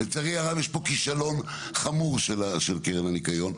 לצערי הרב, יש פה כישלון חמור של קרן הניקיון.